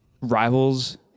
rivals